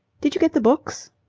did you get the books?